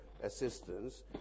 assistance